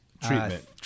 treatment